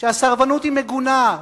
שהסרבנות היא מגונה,